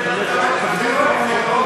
אדוני היושב-ראש, לא שומעים אותו בגלל הרעש.